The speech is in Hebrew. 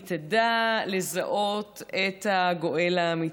היא תדע לזהות את הגואל האמיתי.